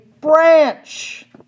branch